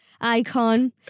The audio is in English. icon